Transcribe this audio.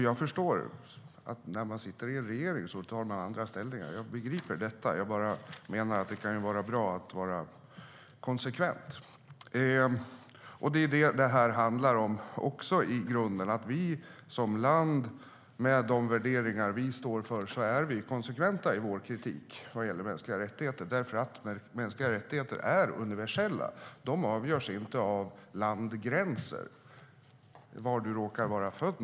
Jag förstår att man tar ställning på ett annat sätt när man sitter i en regering. Jag begriper det. Men det kan vara bra att vara konsekvent. I grunden handlar det här också om att vi som land, med de värderingar som vi står för, är konsekventa i vår kritik vad gäller mänskliga rättigheter. Mänskliga rättigheter är universella. De avgörs inte av landgränser, av var du råkar vara född.